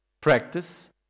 practice